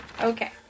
Okay